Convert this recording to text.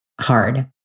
Hard